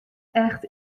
echt